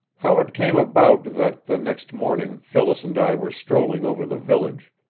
how it came about that the next morning phyllis and i were strolling over the village,